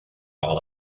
all